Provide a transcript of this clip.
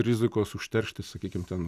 rizikos užteršti sakykim ten